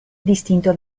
distinto